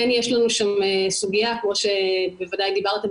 כן יש לנו שם סוגיה כמו שבוודאי דיברתם